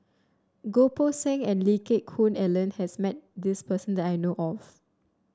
Goh Poh Seng and Lee Geck Koon Ellen has met this person that I know of